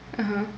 (uh huh)